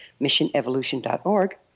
missionevolution.org